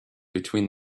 between